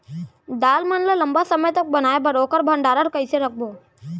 दाल मन ल लम्बा समय तक बनाये बर ओखर भण्डारण कइसे रखबो?